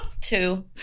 Two